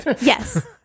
Yes